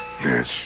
Yes